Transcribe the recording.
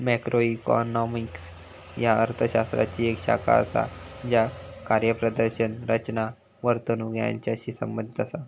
macroeconomics ह्या अर्थ शास्त्राची येक शाखा असा ज्या कार्यप्रदर्शन, रचना, वर्तणूक यांचाशी संबंधित असा